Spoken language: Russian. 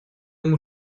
ему